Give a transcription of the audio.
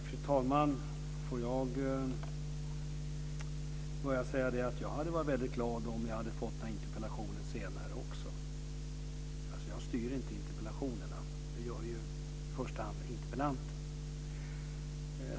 Fru talman! Jag hade varit väldigt glad om jag hade fått den här interpellationen senare. Jag styr inte interpellationerna. Det gör ju i första hand interpellanten.